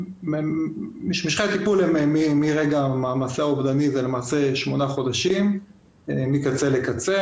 משכי הטיפול הם מרגע המעשה האובדני במשך שמונה חודשים מקצה לקצה.